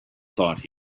thought